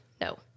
No